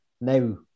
Now